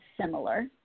similar